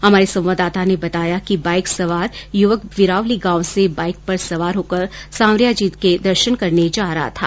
हमारे संवाददाता ने बताया कि मोटरसाईकिल सवार युवक विरावली गांव से मोटरसाईकिल पर सवार होकर सांवरिया जी दर्शन करने जा रहे थे